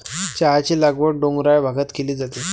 चहाची लागवड डोंगराळ भागात केली जाते